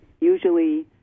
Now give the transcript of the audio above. usually